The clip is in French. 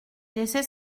laissait